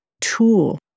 tool